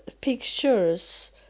pictures